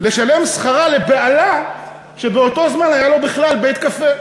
לשלם שכר לבעלה, שבאותו זמן היה לו בכלל בית-קפה.